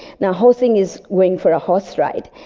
now, horsing is going for a horse ride.